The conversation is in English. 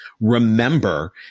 Remember